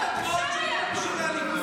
הממשלה?